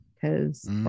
Cause